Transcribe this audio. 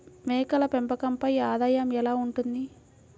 మేకల పెంపకంపై ఆదాయం ఎలా ఉంటుంది?